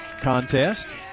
contest